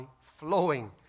flowing